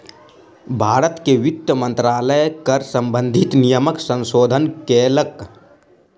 भारत के वित्त मंत्रालय कर सम्बंधित नियमक संशोधन केलक